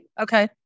Okay